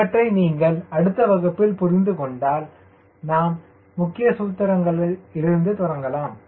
இவற்றை நீங்கள் அடுத்த வகுப்பில் புரிந்துகொண்டால் நாம் முக்கிய சூத்திரத்திலிருந்து தொடங்கலாம்